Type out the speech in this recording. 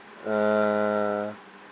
uh